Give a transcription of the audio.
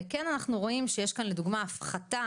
וכן, אנחנו רואים שיש כאן לדוגמא הפחתה